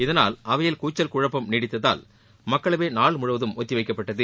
இதனால் அவையில் கூச்சல் குழப்பம் நீடித்ததால் மக்களவை நாள் முழுவதும் ஒத்திவைக்கப்பட்டது